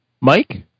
Mike